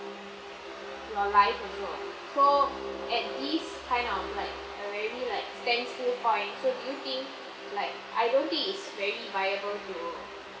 your life also so at these kind of like a really like standstill point so do you think like I don't think it's very viable to